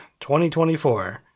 2024